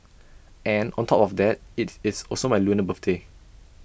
and on top of that IT is also my lunar birthday